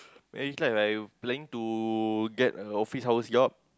marriage life I planning to get an office house job